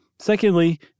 Secondly